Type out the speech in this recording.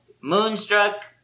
Moonstruck